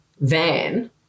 van